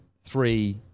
three